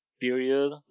period